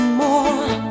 more